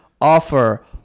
offer